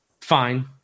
fine